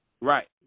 right